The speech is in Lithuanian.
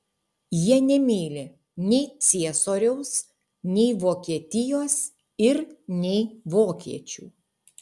jie nemyli nei ciesoriaus nei vokietijos ir nei vokiečių